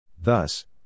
Thus